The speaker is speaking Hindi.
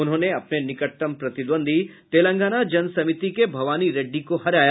उन्होंने अपने निकटतम प्रतिद्वंद्वी तेलंगाना जन समिति के भवानी रेड्डी को हराया